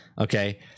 okay –